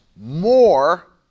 more